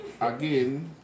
again